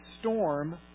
storm